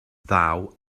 ddaw